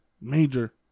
major